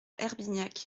herbignac